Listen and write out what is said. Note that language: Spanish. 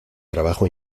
trabajo